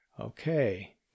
Okay